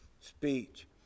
speech